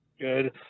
Good